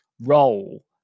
role